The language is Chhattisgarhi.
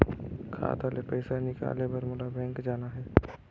खाता ले पइसा निकाले बर मोला बैंक जाना हे?